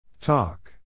Talk